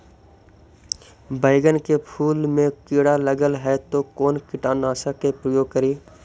बैगन के फुल मे कीड़ा लगल है तो कौन कीटनाशक के प्रयोग करि?